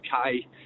okay